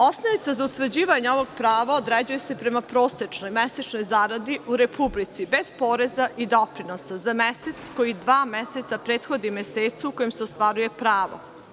Osnovica za utvrđivanje ovog prava određuje se prema prosečnoj mesečnoj zaradi u Republici, bez poreza i doprinosa, za mesec koji dva meseca prethodi mesecu u kojem se ostvaruje pravo.